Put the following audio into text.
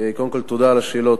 קודם כול, תודה על השאלות.